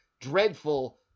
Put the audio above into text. dreadful